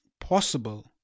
possible